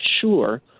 sure